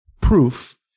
proof